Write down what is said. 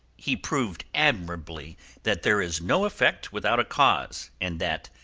he proved admirably that there is no effect without a cause, and that,